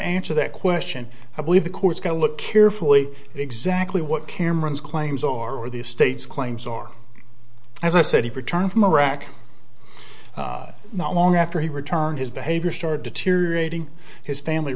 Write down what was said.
answer that question i believe the court's going to look carefully at exactly what cameron's claims or where the state's claims are as i said he returned from iraq not long after he returned his behavior started deteriorating his family